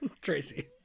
Tracy